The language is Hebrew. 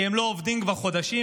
כי הם לא עובדים כבר חודשים,